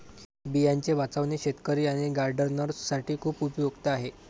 बियांचे वाचवणे शेतकरी आणि गार्डनर्स साठी खूप उपयुक्त आहे